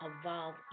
evolve